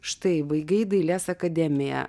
štai baigei dailės akademiją